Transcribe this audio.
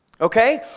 okay